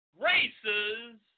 races